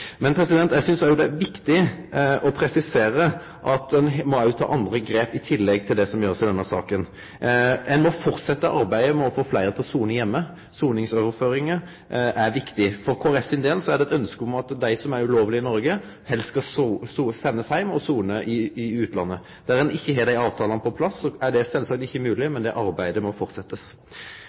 Eg synest òg det er viktig å presisere at ein må ta andre grep i tillegg til dei ein gjer i denne saka. Ein må fortsetje arbeidet med å få fleire til å sone heime. Soningsoverføringar er viktig. Kristeleg Folkeparti ønskjer at dei som er ulovleg i Noreg, helst skal sendast heim og sone i utlandet. Der ein ikkje har desse avtalene på plass, er sjølvsagt ikkje det mogleg. Men dette arbeidet må